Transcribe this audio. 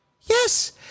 Yes